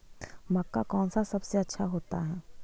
मक्का कौन सा सबसे अच्छा होता है?